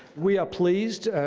we are pleased,